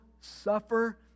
suffer